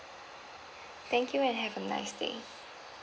thank you and have a nice day